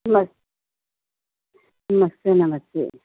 नमस नमस्ते नमस्ते